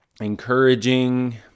encouraging